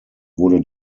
wurde